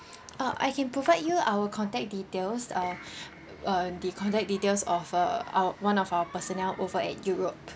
uh I can provide you our contact details uh uh the contact details of uh our one of our personnel over at europe